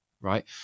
right